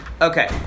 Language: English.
Okay